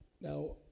Now